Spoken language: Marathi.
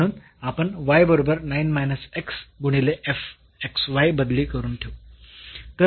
म्हणून आपण बरोबर गुणिले बदली करून ठेवू